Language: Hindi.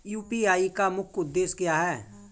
यू.पी.आई का मुख्य उद्देश्य क्या है?